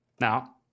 Now